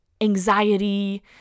anxiety